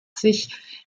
sich